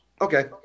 okay